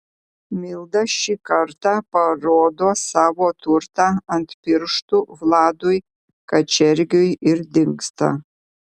milda šį kartą parodo savo turtą ant pirštų vladui kačergiui ir dingsta